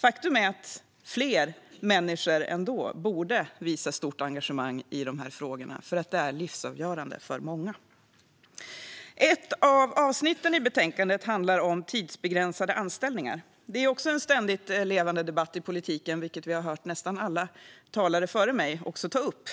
Faktum är att ännu fler människor borde visa stort engagemang i de här frågorna, som är livsavgörande för många. Ett av avsnitten i betänkandet handlar om tidsbegränsade anställningar. Detta är en ständigt levande debatt i politiken, vilket vi har hört nästan alla talare före mig ta upp.